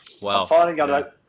Wow